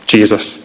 Jesus